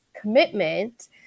commitment